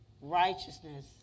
righteousness